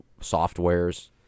softwares